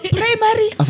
primary